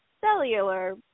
cellular